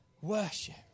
Worship